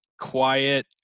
quiet